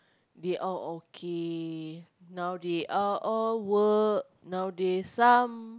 they all okay now they are all work now they some